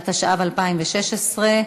התשע"ו 2016,